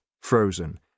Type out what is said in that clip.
frozen